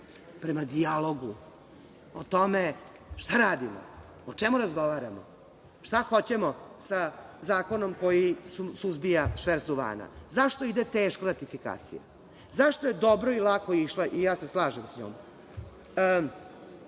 prema dijalogu o tome šta radimo, o čemu razgovaramo, šta hoćemo sa zakonom koji suzbija šverc duvana.Zašto ide teško ratifikacija? Zašto je dobro i lako išla, i ja se slažem s njom?